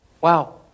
Wow